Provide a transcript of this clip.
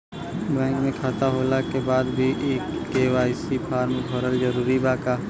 Bank में खाता होला के बाद भी के.वाइ.सी फार्म भरल जरूरी बा का?